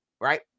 right